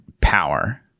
power